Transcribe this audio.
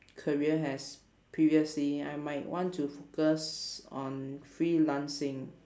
career as previously I might want to focus on freelancing